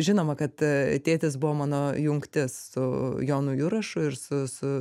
žinoma kad tėtis buvo mano jungtis su jonu jurašu ir su su